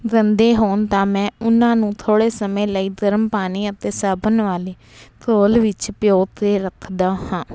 ਗੰਦੇ ਹੋਣ ਤਾਂ ਮੈਂ ਉਹਨਾਂ ਨੂੰ ਥੋੜ੍ਹੇ ਸਮੇਂ ਲਈ ਗਰਮ ਪਾਣੀ ਅਤੇ ਸਾਬਣ ਵਾਲੀ ਘੋਲ ਵਿੱਚ ਪਿਓਂ ਕੇ ਰੱਖਦਾ ਹਾਂ